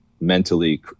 mentally